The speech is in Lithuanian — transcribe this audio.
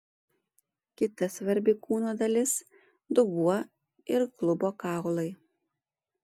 kita svarbi kūno dalis dubuo ir klubo kaulai